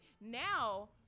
now